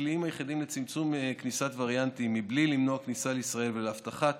הכלים היחידים לצמצום כניסת וריאנטים מבלי למנוע כניסה לישראל ולהבטחת